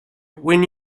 when